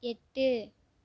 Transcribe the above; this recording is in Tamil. எட்டு